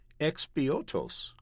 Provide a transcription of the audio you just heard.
Expiotos